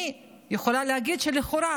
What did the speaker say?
אני יכולה להגיד שלכאורה,